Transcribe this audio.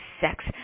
sex